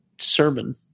sermon